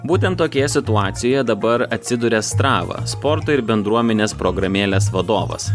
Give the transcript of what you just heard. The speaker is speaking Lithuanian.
būtent tokioje situacijoje dabar atsiduria strava sporto ir bendruomenės programėlės vadovas